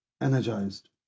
energized